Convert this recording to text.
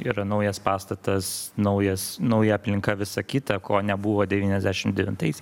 yra naujas pastatas naujas nauja aplinka visa kita ko nebuvo devyniasdešim devintais